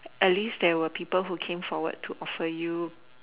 at least there were people who came forward and offer you